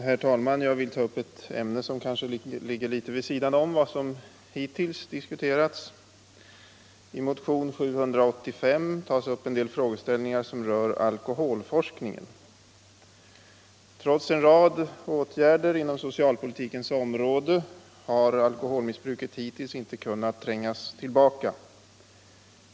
Herr talman! Jag vill ta upp ett ämne som kanske ligger litet vid sidan om vad som hittills diskuterats. I motionen 785 tas upp en del frågeställningar som rör alkoholforskningen. Trots en rad åtgärder inom socialpolitikens område har alkoholmissbruket hittills inte kunnat trängas tillbaka.